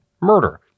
murder